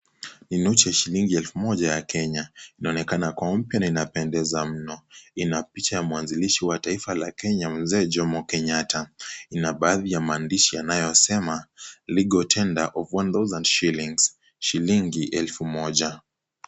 Noti ya shilingi elfu moja ya kenya inaonekana kuwa mpya na inapendeza mno. Ina picha ya mwanzilishi wa taifa la kenya mzee jomo kenyatta. Ina baadhi ya maandishi inayosema legal tender of one thousand shillings shilingi elfu moja.